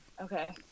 Okay